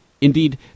Indeed